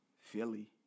Philly